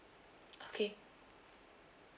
okay